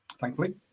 thankfully